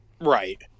Right